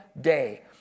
day